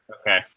Okay